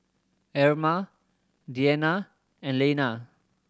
Erma Deana and Lena